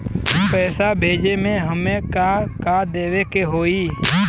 पैसा भेजे में हमे का का देवे के होई?